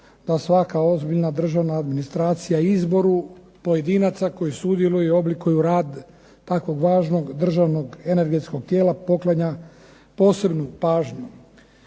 da svaka ozbiljna državna administracija izboru pojedinaca koji sudjeluju i oblikuju rad takvog važnog državnog energetskog tijela poklanja posebnu pažnju.